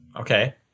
Okay